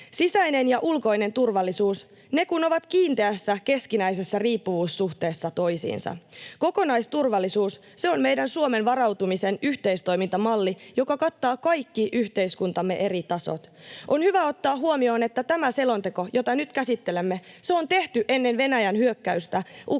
Sisäinen ja ulkoinen turvallisuus, ne kun ovat kiinteässä keskinäisessä riippuvuussuhteessa toisiinsa. Kokonaisturvallisuus, se on meidän Suomen varautumisen yhteistoimintamalli, joka kattaa kaikki yhteiskuntamme eri tasot. On hyvä ottaa huomioon, että tämä selonteko, jota nyt käsittelemme, on tehty ennen Venäjän hyökkäystä Ukrainaan